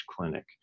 clinic